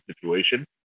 situation